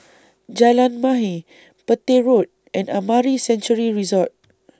Jalan Mahir Petir Road and Amara Sanctuary Resort